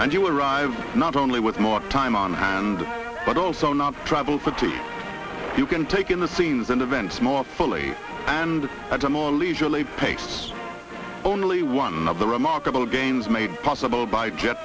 arrive not only with more time on hand but also not travel for too you can take in the scenes and events more fully and at a more leisurely pace only one of the remarkable gains made possible by jet